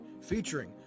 featuring